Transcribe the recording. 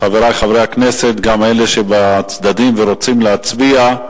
חברי חברי הכנסת, גם אלה שבצדדים ורוצים להצביע,